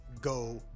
go